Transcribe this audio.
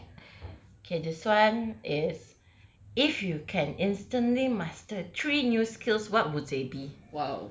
alright okay this [one] is if you can instantly master three new skills what would they be